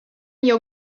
your